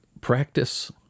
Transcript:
practice